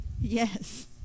yes